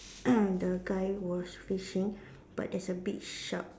the guy who was fishing but there's a big shark